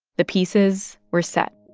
the pieces were set.